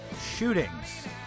shootings